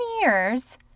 years